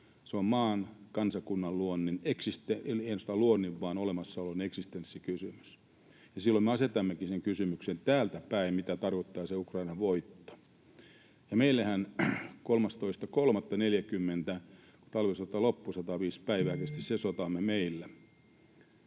ja kansakunnan luonnin — ei ainoastaan luonnin vaan olemassaolon — kysymys. Silloin me asetammekin sen kysymyksen täältä päin, mitä tarkoittaa se Ukrainan voitto. Meillähän 13.3.1940, kun talvisota loppui — 105 päivää kesti se sotamme meillä